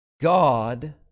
God